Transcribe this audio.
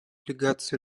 делегацию